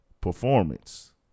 performance